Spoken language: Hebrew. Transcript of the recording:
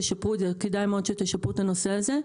כדאי מאוד שתשפרו את הנושא הזה.